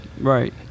Right